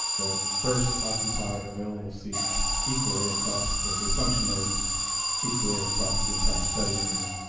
that first occupy available seats equally across the the assumption is equally across the entire study area.